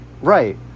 right